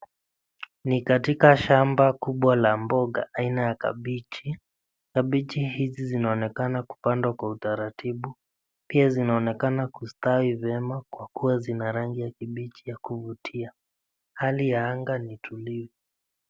Ni katika shamba kubwa la mboga aina ya kabichi. Kabichi hizi zinaonekana kupandwa kwa utaratibu. Pia zinaonekana kustawi vyema kwa kuwa zina rangi ya kibichi ya kuvutia. Hali ya anga ni tulivu.